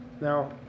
now